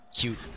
cute